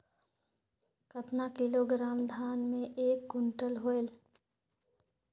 कतना किलोग्राम धान मे एक कुंटल होयल?